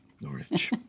Norwich